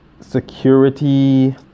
security